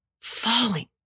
falling